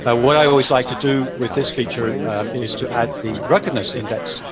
ah what i always like to do with this feature is to add the ruggedness index,